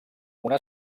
una